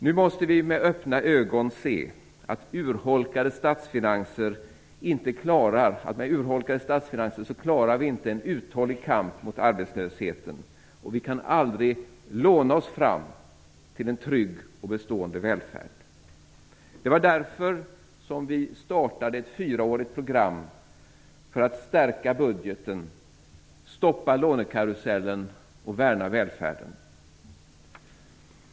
Nu måste vi med öppna ögon se att med urholkade statsfinanser klarar vi inte en uthållig kamp mot arbetslösheten. Vi kan aldrig låna oss fram till en trygg och bestående välfärd. Därför startade vi ett fyraårigt program för att stärka budgeten, stoppa lånekarusellen och värna välfärden.